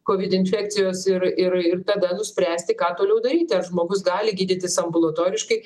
covid infekcijos ir ir ir tada nuspręsti ką toliau daryti ar žmogus gali gydytis ambulatoriškai